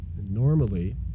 normally